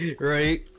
Right